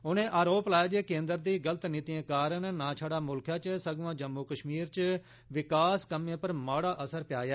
उनें आरोप लाया जे कोन्द्र दी गल्त नीतिएं कारण ना छड़ा मुल्खै च सगुआं जम्मू कश्मीर च विकास कम्में पर माड़ा असर पेआ ऐ